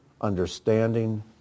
understanding